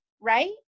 right